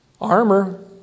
armor